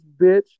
bitch